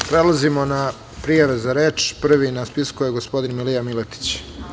Prelazimo na prijave za reč, prvi na spisku je gospodin Milija Miletić.